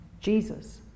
Jesus